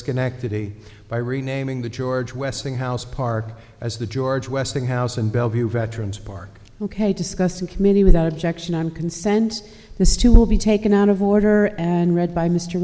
schenectady by renaming the george westinghouse park as the george westinghouse and bellevue veterans park ok discussed in committee without objection i'm consent this too will be taken out of order and read by mr